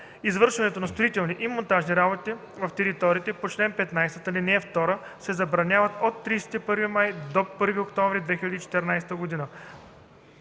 извършването на строителни и монтажни работи в териториите по чл. 15, ал. 2 се забранява от 31 май до 1 октомври 2014 г.